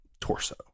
torso